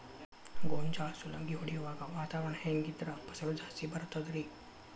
ಗೋಂಜಾಳ ಸುಲಂಗಿ ಹೊಡೆಯುವಾಗ ವಾತಾವರಣ ಹೆಂಗ್ ಇದ್ದರ ಫಸಲು ಜಾಸ್ತಿ ಬರತದ ರಿ?